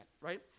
right